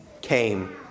came